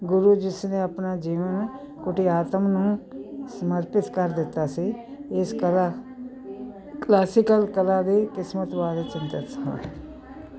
ਗੁਰੂ ਜਿਸ ਨੇ ਆਪਣਾ ਜੀਵਨ ਕੁਟੀਆਤਮ ਨੂੰ ਸਮਰਪਿਤ ਕਰ ਦਿੱਤਾ ਸੀ ਇਸ ਕਲਾ ਕਲਾਸੀਕਲ ਕਲਾ ਦੀ ਕਿਸਮਤ ਬਾਰੇ ਚਿੰਤਤ ਸਨ